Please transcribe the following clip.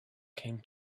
came